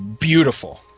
beautiful